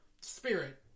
spirit